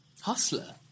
hustler